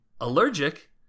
allergic